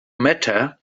matter